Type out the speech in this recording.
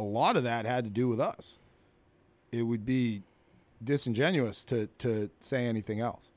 a lot of that had to do with us it would be disingenuous to say anything else